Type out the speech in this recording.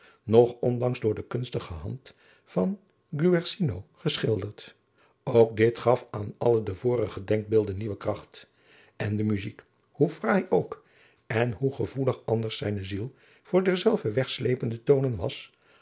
nog onlangs door de kunstige hand van guercino geschilderd ook dit gaf aan alle de vorige denkbeelden nieuwe kracht en de muzijk hoe fraai ook en hoe gevoelig anders zijne ziel voor derzelver wegslepende toonen was